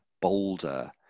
bolder